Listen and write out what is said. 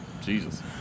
Jesus